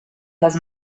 les